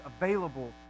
available